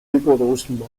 rigorosen